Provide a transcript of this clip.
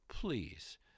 please